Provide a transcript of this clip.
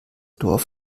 dorf